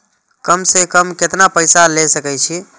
कम से कम केतना पैसा ले सके छी?